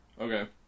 okay